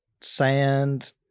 sand